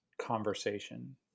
conversation